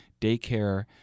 daycare